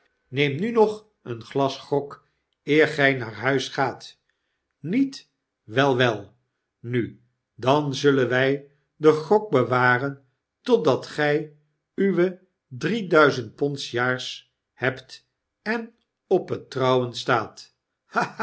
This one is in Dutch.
neem nu nog een glas grog eer gij m geen uitweg naar huis gaat niet wei wel nu dan zullen wij den grog bewaren totdat gy uwe drie duizend pond s jaars hebt en op het trouwen staat